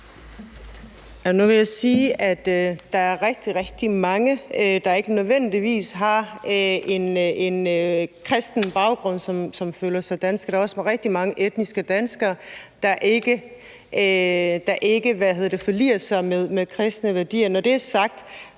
Nu vil jeg sige, at der er rigtig, rigtig mange, der ikke nødvendigvis har en kristen baggrund, som føler sig danske. Der er også rigtig mange etniske danskere, der ikke forliger sig med kristne værdier.